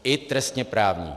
I trestněprávní.